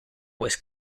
was